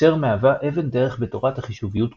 אשר מהווה אבן דרך בתורת החישוביות כולה,